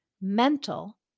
mental